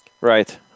Right